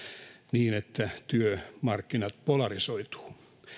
niin että työmarkkinat polarisoituvat